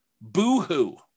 Boo-hoo